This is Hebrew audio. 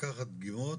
לקחת דגימות?